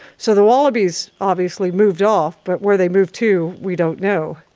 so the wallabies obviously moved off, but where they moved to we don't know.